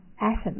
atom